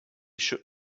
should